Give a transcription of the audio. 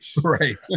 right